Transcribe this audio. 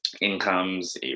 incomes